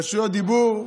רשות דיבור.